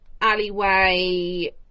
alleyway